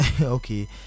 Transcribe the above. okay